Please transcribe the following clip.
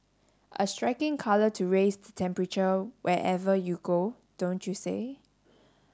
a striking colour to raise the temperature wherever you go don't you say